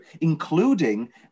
including